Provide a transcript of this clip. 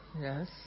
Yes